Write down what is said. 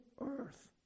earth